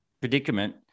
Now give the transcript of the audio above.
predicament